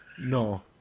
No